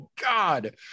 God